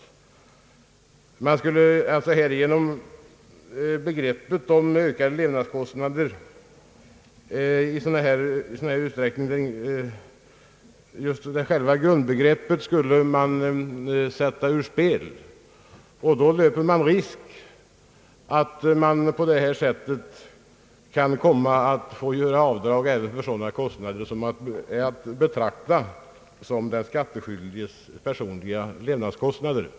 Härigenom skulle grundbegreppet om ökade levnadskostnader sättas ur spel, och då löper vi risk att man på detta sätt kan komma att få göra avdrag även för sådana kostnader som är att betrakta som den skattskyldiges personliga levnadskostnader.